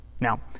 Now